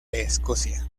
escocia